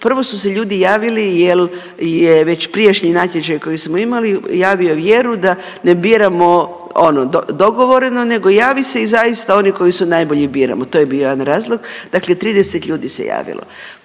prvo su se ljudi javili jer je već prijašnji natječaj koji smo imali javio vjeru da ne biramo ono dogovoreno, nego javi se i zaista oni koji su najbolji ih biramo. To je bio jedan razlog. Dakle, 30 ljudi se javilo.